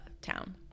town